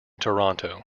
toronto